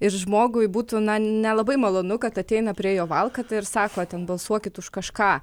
ir žmogui būtų na nelabai malonu kad ateina prie jo valkata ir sako ten balsuokit už kažką